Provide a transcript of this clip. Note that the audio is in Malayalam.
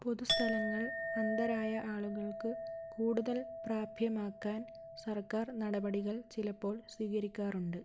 പൊതുസ്ഥലങ്ങൾ അന്ധരായ ആളുകൾക്ക് കൂടുതൽ പ്രാപ്യമാക്കാൻ സർക്കാർ നടപടികൾ ചിലപ്പോൾ സ്വീകരിക്കാറുണ്ട്